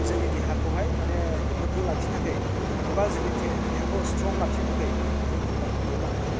जोंनि देहाखौहाय माने गोगो लाखिनो थाखाय एबा जोंनि देहाखौ स्ट्रं लाखिनो थाखै जों खेलाखौ गेलेनो नांखागौ